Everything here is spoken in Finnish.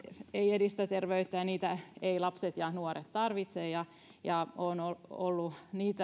edistä terveyttä ja niitä eivät lapset ja nuoret tarvitse ja ja olen ollut